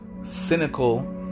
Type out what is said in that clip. cynical